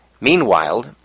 Meanwhile